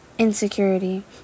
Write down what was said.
Insecurity